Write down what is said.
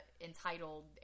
entitled